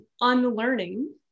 unlearning